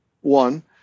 one